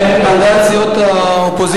על דעת סיעות האופוזיציה,